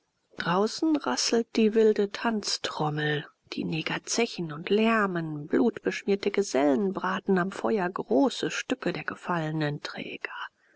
draußen rasselt die wilde tanztrommel die neger zechen und lärmen blutbeschmierte gesellen braten am feuer große stücke der gefallenen träger